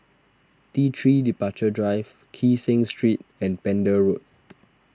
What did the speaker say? T three Departure Drive Kee Seng Street and Pender Road